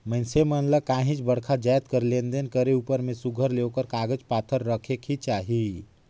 मइनसे मन ल काहींच बड़खा जाएत कर लेन देन करे उपर में सुग्घर ले ओकर कागज पाथर रखेक ही चाही